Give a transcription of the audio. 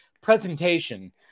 presentation